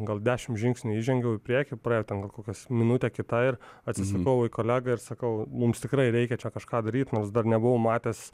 gal dešim žingsnių įžengiau į priekį praėjo ten gal kokios minutė kita ir atsisukau į kolegą ir sakau mums tikrai reikia čia kažką daryt nors dar nebuvau matęs